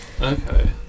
okay